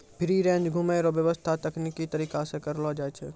free range घुमै रो व्याबस्था तकनिकी तरीका से करलो जाय छै